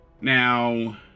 now